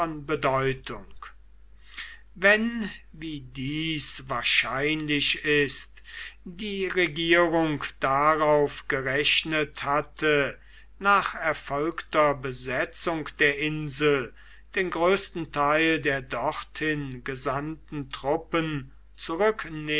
bedeutung wenn wie dies wahrscheinlich ist die regierung darauf gerechnet hatte nach erfolgter besetzung der insel den größten teil der dorthin gesandten truppen